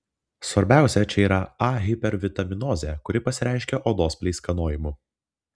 svarbiausia čia yra a hipervitaminozė kuri pasireiškia odos pleiskanojimu